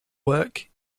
work